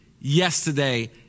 yesterday